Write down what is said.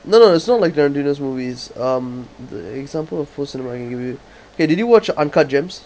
no no it's not like tarantino's movies um the example of post cinema I can give you K did you watch uncut gems